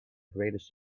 greatest